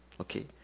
Okay